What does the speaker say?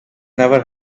never